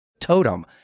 totem